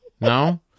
no